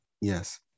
yes